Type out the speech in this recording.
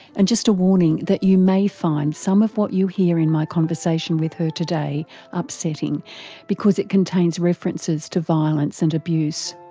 and just a warning that you may find some of what you hear in my conversation with her today upsetting because it contains references to violence and abuse.